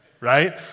right